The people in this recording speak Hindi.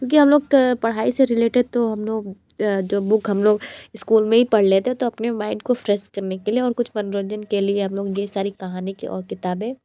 क्योंकि हम लोग पढ़ाई से रिलेटेड तो हम लोग जो बूक हम लोग इस्कूल में ही पढ़ लेते हैं तो अपने माइंड को फ्रेस करने के लिए और कुछ मनोरंजन के लिए हम लोग ये सारी कहानी के और किताबें